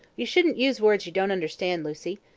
you shouldn't use words you don't understand, lucy.